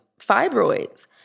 fibroids